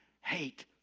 hate